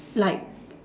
like